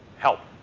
help,